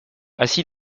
assis